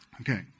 Okay